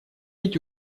эти